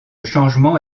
changement